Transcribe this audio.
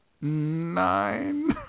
Nine